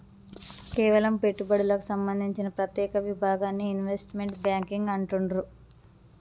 కేవలం పెట్టుబడులకు సంబంధించిన ప్రత్యేక విభాగాన్ని ఇన్వెస్ట్మెంట్ బ్యేంకింగ్ అంటుండ్రు